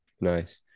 nice